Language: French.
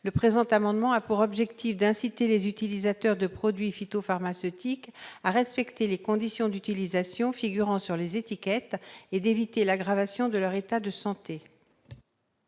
Le présent amendement a pour objet d'inciter les utilisateurs de tels produits à respecter les conditions d'utilisation figurant sur les étiquettes et, ainsi, d'éviter l'aggravation de leur état de santé.